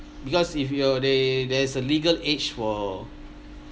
because if you are they there's a legal age for